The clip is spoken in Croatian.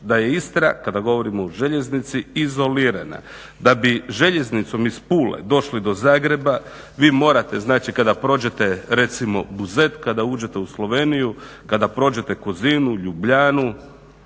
Da je Istra kada govorimo o željeznici izolirana, da bi željeznicom iz Pule došli do Zagreba vi morate, znači kada prođete recimo Buzet, kada uđete u Sloveniju, kada prođete Kozinu, Ljubljanu,